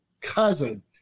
cousin